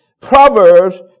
Proverbs